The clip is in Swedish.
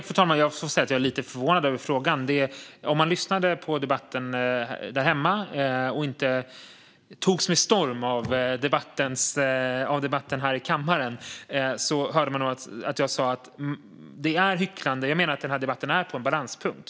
Fru talman! Jag är lite förvånad över frågan. Om man lyssnade på debatten där hemma och inte togs med storm hörde man nog att jag sa att vi rör oss på en balanspunkt.